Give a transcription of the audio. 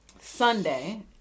Sunday